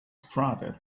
sprouted